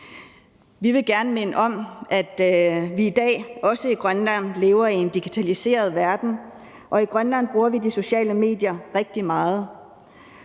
Vi vil gerne minde om, at vi i dag også i Grønland lever i en digitaliseret verden, og i Grønland bruger vi de sociale medier rigtig meget.